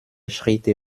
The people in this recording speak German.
schritte